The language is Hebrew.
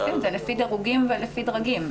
אנחנו נותנים את זה לפי דירוגים ולפי דרגים.